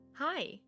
Hi